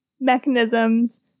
mechanisms